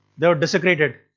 they were desecrated.